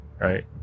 Right